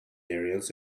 areas